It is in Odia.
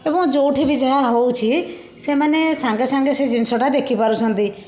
ଏବଂ ଯେଉଁଠି ବି ଯାହା ହେଉଛି ସେମାନେ ସାଙ୍ଗେ ସାଙ୍ଗେ ସେ ଜିନଷ ଟା ଦେଖିପାରୁଛନ୍ତି